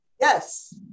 Yes